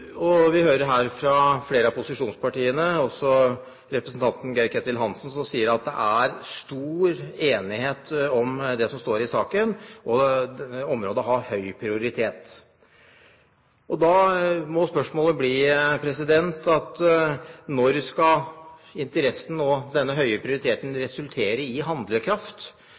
betydelig. Vi hører her fra flere av posisjonspartiene, også fra representanten Geir-Ketil Hansen, at det er stor enighet om det som står i saken, og at området har høy prioritet. Da må spørsmålet bli: Når skal interessen og denne høye prioriteten gi handlekraft når man ikke vil støtte et eneste forslag? Er statsråden eller andre overhodet ikke enig i